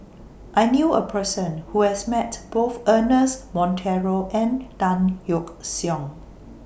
I knew A Person Who has Met Both Ernest Monteiro and Tan Yeok Seong